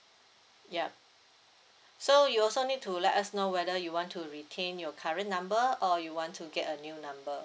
yup so you also need to let us know whether you want to retain your current number or you want to get a new number